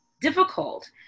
difficult